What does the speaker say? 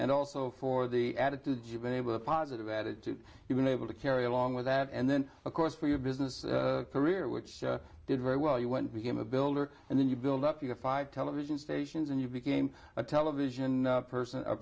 and also for the attitude you've been able positive attitude you've been able to carry along with that and then of course for your business career which did very well you went became a builder and then you build up your five television stations and you became a television person a